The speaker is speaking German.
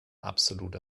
absolut